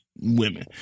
women